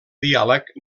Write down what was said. diàleg